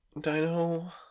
dino